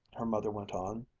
her mother went on,